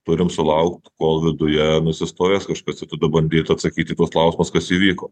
turim sulaukt kol viduje nusistovės kažkas tada bandyt atsakyt į tuos klausimus kas įvyko